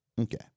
Okay